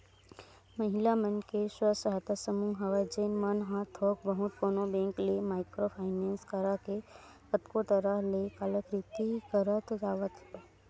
महिला मन के स्व सहायता समूह हवय जेन मन ह थोक बहुत कोनो बेंक ले माइक्रो फायनेंस करा के कतको तरह ले कलाकृति करत जावत हे